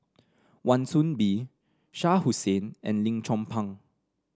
Wan Soon Bee Shah Hussain and Lim Chong Pang